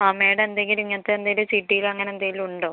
ആ മാഡം എന്തെങ്കിലും ഇങ്ങനത്തെ എന്തേലും ചിട്ടിലോ അങ്ങനെ എന്തേലും ഉണ്ടോ